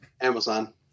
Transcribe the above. Amazon